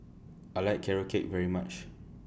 I like Carrot Cake very much